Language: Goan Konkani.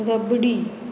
रबडी